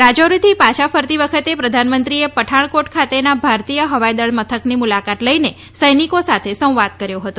રાજૌરીથી પાછા ફરતી વખતે પ્રધાનમંત્રીએ પઠાણકોટ ખાતેના ભારતીય હવાઈદળના મથકની મુલાકાત લઈને સૈનિકો સાથે સંવાદ કર્યો હતો